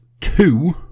two